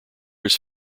his